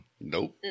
Nope